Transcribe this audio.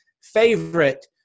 favorite